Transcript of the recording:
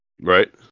right